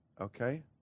okay